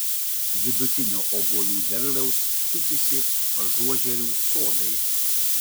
vidutinio obuolių derliaus tikisi ažuožerių sodai